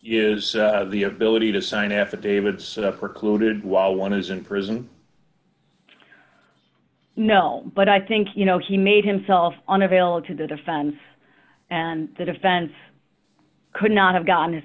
is the ability to sign affidavits precluded while one is in prison no but i think you know he made himself unavailable to the defense and the defense could not have gotten i